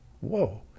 Whoa